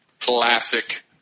Classic